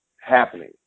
happening